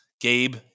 Gabe